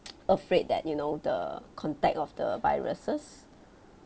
afraid that you know the contact of the viruses